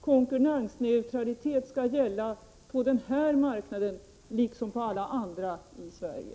Konkurrensneutralitet skall gälla på den här marknaden liksom på alla andra marknader i Sverige.